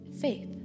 faith